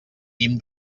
guim